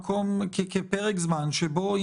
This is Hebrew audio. פרק זמן שבו,